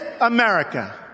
America